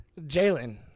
Jalen